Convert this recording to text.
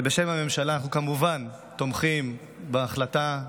בשם הממשלה, אנחנו כמובן תומכים בהצעה,